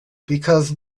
because